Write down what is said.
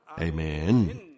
Amen